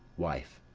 wife.